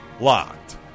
Locked